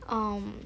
um